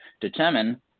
determine